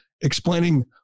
explaining